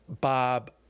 Bob